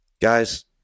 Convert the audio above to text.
guys